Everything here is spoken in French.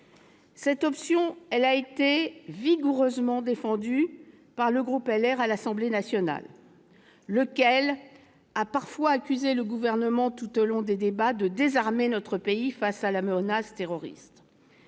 Cette option a été vigoureusement défendue par le groupe Les Républicains à l'Assemblée nationale, lequel a accusé le Gouvernement, tout au long des débats, de désarmer notre pays face à la menace terroriste.